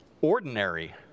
ordinary